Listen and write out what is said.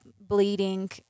bleeding